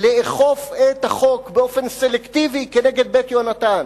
לאכוף את החוק באופן סלקטיבי נגד "בית יהונתן"